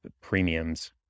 premiums